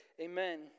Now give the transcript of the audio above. Amen